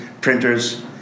printers